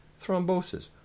Thrombosis